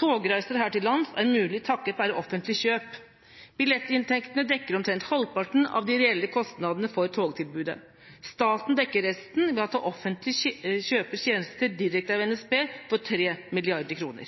Togreiser her til lands er mulig takket være offentlig kjøp. Billettinntektene dekker omtrent halvparten av de reelle kostnadene for togtilbudet. Staten dekker resten ved at det offentlige kjøper tjenester direkte av NSB for 3 mrd. kr.